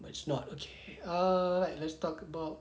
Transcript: but it's not okay ah let's talk about